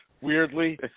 weirdly